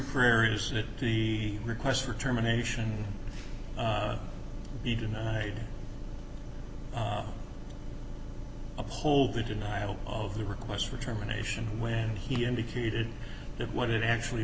prayers that the requests for terminations be denied uphold the denial of the requests for terminations when he indicated that what it actually